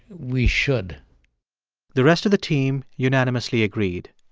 we should the rest of the team unanimously agreed.